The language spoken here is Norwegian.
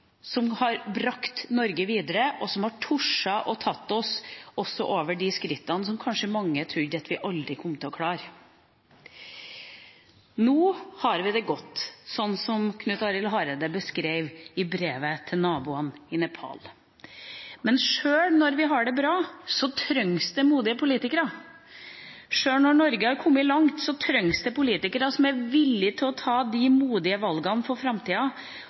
som har brakt Norge videre, og som har tort å ta oss også over de skrittene som kanskje mange trodde at vi aldri kom til å klare. Nå har vi det godt – sånn som Knut Arild Hareide beskrev det i brevet til naboene i Nepal. Men sjøl når vi har det bra, trengs det modige politikere. Sjøl når Norge har kommet langt, trengs det politikere som er villige til å ta de modige valgene for framtida,